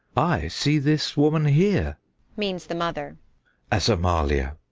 i see this woman here means the mother as amalla.